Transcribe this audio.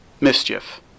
Mischief